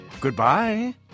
Goodbye